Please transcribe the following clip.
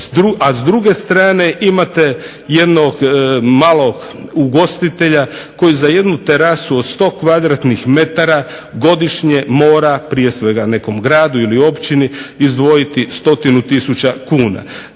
a s druge strane imate jednog malog ugostitelja koji za jednu terasu od 100 kvadratnih metara godišnje mora prije svega nekom gradu ili nekoj općini izdvojiti stotine tisuća kuna?